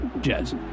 Jazz